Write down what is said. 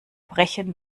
brechen